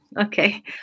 okay